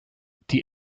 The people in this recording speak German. die